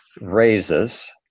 raises